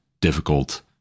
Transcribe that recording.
difficult